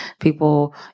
people